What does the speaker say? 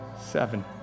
seven